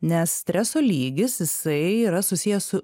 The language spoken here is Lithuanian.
nes streso lygis jisai yra susijęs su